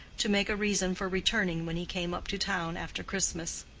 to make a reason for returning when he came up to town after christmas.